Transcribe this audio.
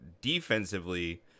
defensively